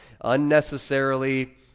unnecessarily